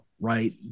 right